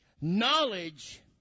Knowledge